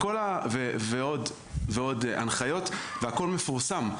ועוד ועוד הנחיות, והכל מפורסם.